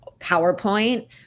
PowerPoint